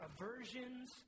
aversions